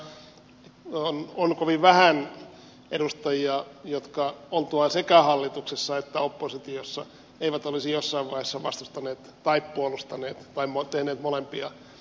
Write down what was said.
tässä salissa on kovin vähän edustajia jotka oltuaan sekä hallituksessa että oppositiossa eivät olisi jossain vaiheessa vastustaneet tai puolustaneet tai tehneet molempia taitetun indeksin osalta